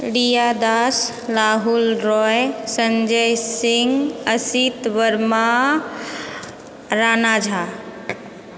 Riya Das Rahul Roy Sanjay Singh Asit Verma Rana Jha